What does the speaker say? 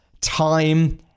time